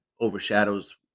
overshadows